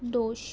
दोश